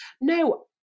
No